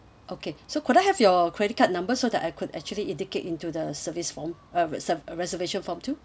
okay so could I have your credit card number so that I could actually indicate into the service form uh reser~ reservation form too